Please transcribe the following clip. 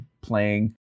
playing